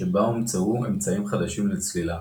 שבה הומצאו אמצעים חדשים לצלילה